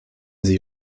sie